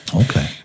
Okay